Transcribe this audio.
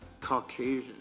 caucasian